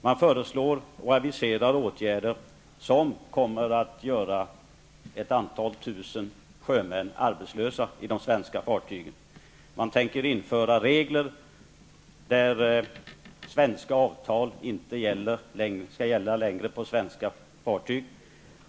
Man föreslår, och aviserar, åtgärder som skulle innebära att ett antal tusen sjömän blir arbetslösa när det gäller de svenska fartygen. Man tänker införa regler som innebär att svenska avtal inte längre skall gälla för svenska fartyg.